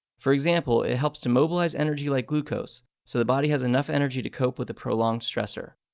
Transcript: for example, it helps to mobilize energy like glucose so the body has enough energy to cope with a prolonged stressor.